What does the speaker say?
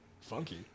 funky